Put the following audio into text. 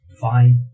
fine